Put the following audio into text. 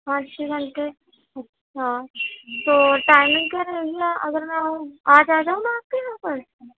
اچھی بات ہے ہاں تو ٹائمنگ کیا رہے گی اگر میں آؤں تو آج آجاؤں میں آپ کے یہاں پر